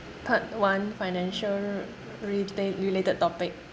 part one financial rela~ related topic